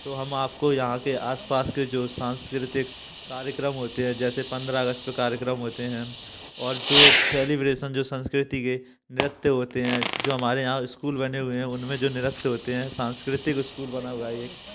तो हम आपको यहाँ के आसपास के जो सांस्कृतिक कार्यक्रम होते हैं जैसे पंद्रह अगस्त पर कार्यक्रम होते हैं और जो सेलिब्रेशन जो संस्कृति के नृत्य होते हैं जो हमारे यहाँ स्कूल बने हुए हैं उनमें जो नृत्य होते हैं सांस्कृतिक स्कूल बना हुआ है एक